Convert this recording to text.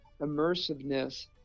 immersiveness